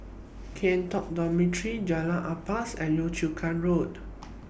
Kian Talk Dormitory Jalan Ampas and Yio Chu Kang Road